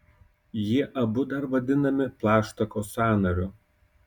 jie abu dar vadinami plaštakos sąnariu